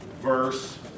verse